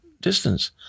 distance